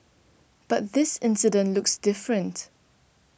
but this incident looks different